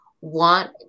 want